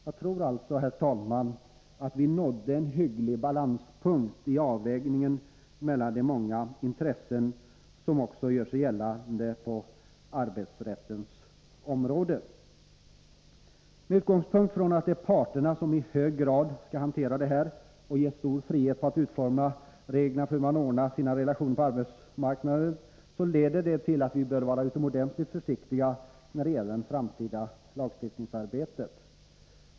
Jag tror alltså, herr talman, att vi nådde en hygglig balans i avvägningen mellan de många intressen som också gör sig gällande på arbetsrättens område. Med utgångspunkt från att det är parterna som i hög grad skall hantera det här och ges stor frihet att utforma reglerna för hur man ordnar sina relationer på arbetsmarknaden, leder detta till att vi bör vara utomordentligt försiktiga när det gäller det framtida lagstiftningsarbetet.